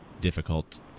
difficult